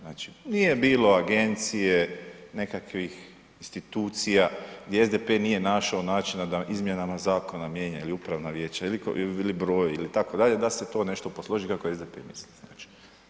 Znači, nije bilo agencije, nekakvih institucija gdje SDP nije našao način da izmjenama zakona mijenja ili upravna vijeća ili broj ili tako dalje, da se to nešto posloži kako je SDP mislio.